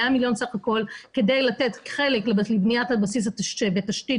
100 מיליון סך הכול כדי לתת חלק לבניית הבסיס שבתשתית